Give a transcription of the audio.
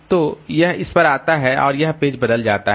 तो यह इस पर आता है और यह पेज बदल जाता है